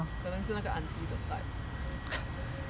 可能是那个 aunty the type